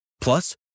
Plus